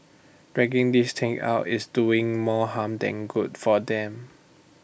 dragging this thing out is doing more harm than good for them